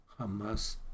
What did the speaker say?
Hamas